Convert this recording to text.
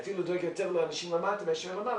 אני אפילו דואג יותר לאנשים למטה מאשר למעלה,